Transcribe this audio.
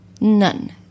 None